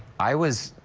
i was